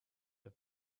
have